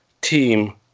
team